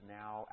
now